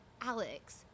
Alex